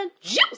juice